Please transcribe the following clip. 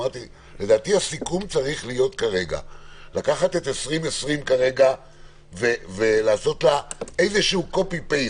לדעתי הסיכום צריך להיות כרגע כדלהלן: לקחת את 2020 ולעשות העתק הדבק,